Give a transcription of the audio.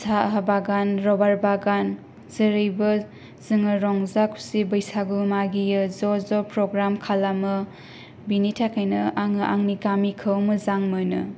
साहा बागान रबार बागान जेरैबो जोङो रंजा खुसि बैसागु मागियो जज' प्रग्राम खालामो बिनि थाखायनो आङो आंनि गामिखौ मोजां मोनो